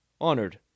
honored